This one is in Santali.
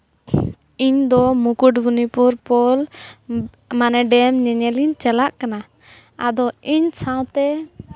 ᱤᱧᱫᱚ ᱢᱩᱠᱩᱴᱢᱚᱱᱤᱯᱩᱨ ᱯᱩᱞ ᱰᱮᱢ ᱧᱮᱧᱮᱞᱤᱧ ᱪᱟᱞᱟᱜ ᱠᱟᱱᱟ ᱟᱫᱚ ᱤᱧ ᱥᱟᱶᱛᱮ